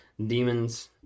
demons